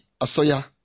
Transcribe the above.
asoya